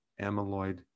amyloid